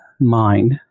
mind